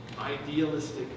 idealistic